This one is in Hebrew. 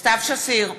סתיו שפיר,